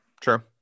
True